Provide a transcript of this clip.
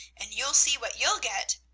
and you'll see what you'll get.